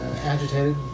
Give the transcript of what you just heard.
Agitated